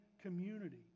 community